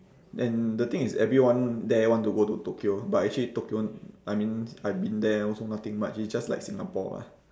and the thing is everyone there want to go to tokyo but actually tokyo I mean I been there also nothing much it's just like singapore ah